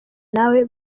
nawe